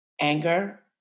anger